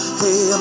hey